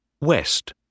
west